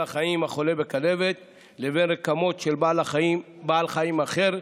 החיים החולה בכלבת לבין רקמות של בעל חיים אחר,